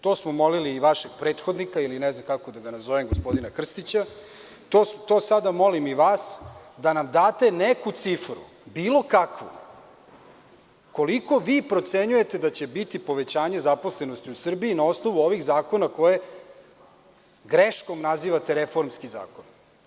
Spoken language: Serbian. To smo molili i vašeg prethodnika, ili ne znam kako da ga nazovem, gospodina Krstića, to sada molim i vas, da nam date neku cifru, bilo kakvu, koliko vi procenjujete da će biti povećanje zaposlenosti u Srbiji na osnovu ovih zakona koje greškom nazivate reformski zakoni?